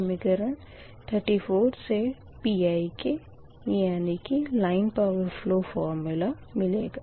समीकरण 34 से Pik यानी कि लाइन पावर फलो फ़ोर्मूला मिलेगा